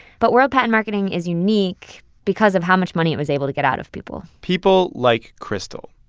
but world patent marketing is unique because of how much money it was able to get out of people people like crystal.